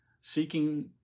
seeking